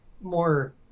more